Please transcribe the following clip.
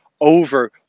over